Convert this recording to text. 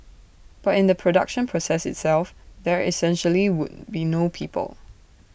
but in the production process itself there essentially would be no people